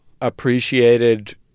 appreciated